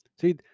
See